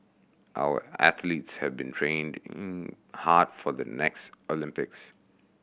our athletes have been training hard for the next Olympics